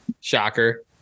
Shocker